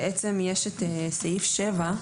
בעצם יש את סעיף (7)